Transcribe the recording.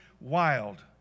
wild